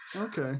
Okay